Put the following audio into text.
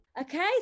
Okay